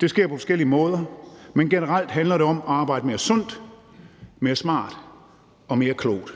det sker på forskellige måder, men generelt handler det om at arbejde mere sundt, mere smart og mere klogt.